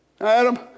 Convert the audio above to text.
Adam